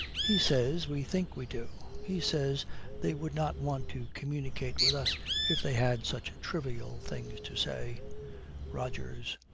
he says we think we do. he says they would not want to communicate with us if they had such trivial things to say rogers.